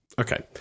Okay